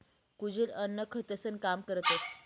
कुजेल अन्न खतंसनं काम करतस